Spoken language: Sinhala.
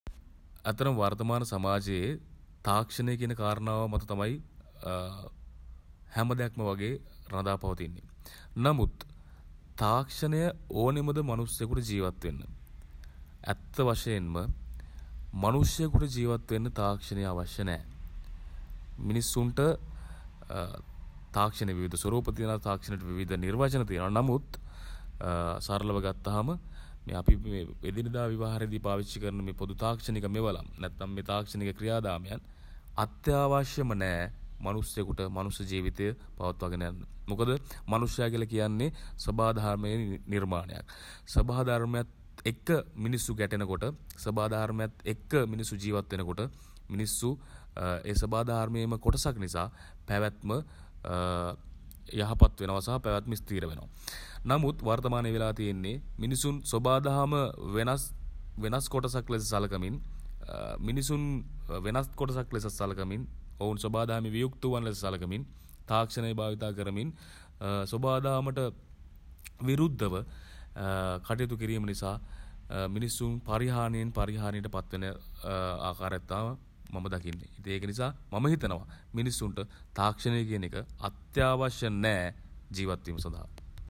ඇත්තටම වර්තමාන සමාජයේ තාක්ෂණය කියන කාරණාව මත තමයි හැම දෙයක්ම වගේ රඳා පවතින්නේ. නමුත් තාක්ෂණය ඕනෙමද මනුස්සයකුට ජීවත් වෙන්න. ඇත්ත වශයෙන්ම මනුෂ්‍යයෙකුට ජීවත් වෙන්න තාක්ෂණය අවශ්‍ය නෑ. මිනිස්සුන්ට තාක්ෂණයේ විවිධ ස්වරූප තියෙනවා. තාක්ෂණයට විවිධ නිර්වචන තියෙනවා. නමුත් සරලව ගත්තහම අපි එදිනෙදා ව්‍යවහාරයේදී පාවිච්චි කරන මේ තාක්ෂණික මෙවලම් නැත්නම් තාක්ෂණික ක්‍රියාදාමයන් අත්‍යාවශ්‍යම නෑ මනුස්සයෙකුට මනුස්ස ජීවිතය පවත්වාගෙන යන්න. මොකද මනුස්සය කියන්නේ ස්වභාදහමේ නිර්මාණයක්. ස්වභාව ධර්මයත් එක්ක මිනිස්සු ගැටෙන කොට ස්වභාව ධර්මයත් එක්ක මිනිස්සු ජීවත් වෙන කොට මිනිස්සු ඒ ස්වභාව ධර්මයේම කොටසක් නිසා පැවැත්ම යහපත් වෙනවා සහ පැවැත්ම ස්ථීර වෙනවා. නමුත් වර්තමානයේ වෙලා තියෙන්නේ මිනිසුන් සොබා දහම වෙනස් වෙනස් කොටසක් ලෙස සලකමින් මිනිසුන් වෙනස් කොටසක් ලෙස සලකමින් ඔවුන් සොබා දහමින් වියුක්ත වූවන් ලෙස සලකමින් තාක්ෂණය භාවිතා කරමින් සොබා දහමට විරුද්ධව කටයුතු කිරීම නිසා මිනිසුන් පරිහානියෙන් පරිහානියට පත්වන ආකාරයක් තමයි මම දකින්නේ. ඉතින් ඒක නිසා මම හිතනවා මිනිස්සුන්ට තාක්ෂණය කියන එක අත්‍යාවශ්‍ය නෑ ජීවත් වීම සඳහා.